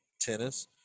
tennis